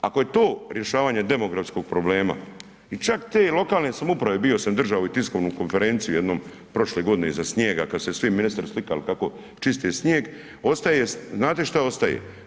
Ako je to rješavanje demografskog problema i čak te lokalne samouprave bio sam držao i tiskovnu konferenciju jednom prošle godine iza snijega kada su se svi ministri slikali kako čiste snijeg, ostaje, znate šta ostaje?